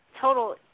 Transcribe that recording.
total